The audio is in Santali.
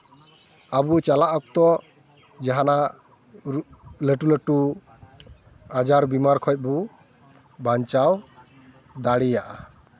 ᱟᱵᱚ ᱪᱟᱞᱟᱜ ᱚᱠᱛᱚ ᱡᱟᱦᱟᱱᱟᱜ ᱞᱟᱹᱴᱩ ᱞᱟᱹᱴᱩ ᱟᱡᱟᱨ ᱵᱤᱢᱟᱨ ᱠᱷᱚᱱ ᱵᱚ ᱵᱟᱧᱪᱟᱣ ᱫᱟᱲᱮᱭᱟᱜᱼᱟ